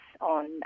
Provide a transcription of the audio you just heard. on